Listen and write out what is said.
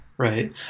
Right